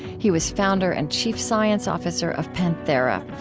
he was founder and chief science officer of panthera,